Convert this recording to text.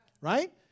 right